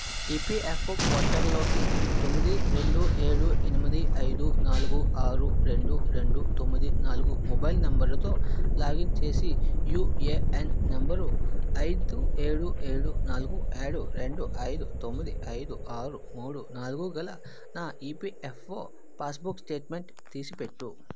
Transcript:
EPFO పోర్టల్లోకి తొమ్మిది రెండు ఏడు ఎనిమిది ఐదు నాలుగు ఆరు రెండు రెండు తొమ్మిది నాలుగు మొబైల్ నంబరుతో లాగిన్ చేసి యూఏఎన్ నంబరు ఐదు ఏడు ఏడు నాలుగు ఏడు రెండు ఐదు తొమ్మిది ఐదు ఆరు మూడు నాలుగు గల నా ఈపిఎఫ్ఓ పాస్బుక్ స్టేట్మెంట్ తీసిపెట్టు